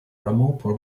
ramapo